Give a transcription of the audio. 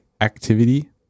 activity